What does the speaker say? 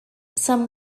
some